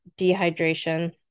dehydration